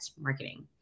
marketing